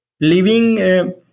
living